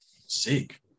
Sick